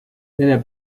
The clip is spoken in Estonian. vene